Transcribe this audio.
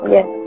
Yes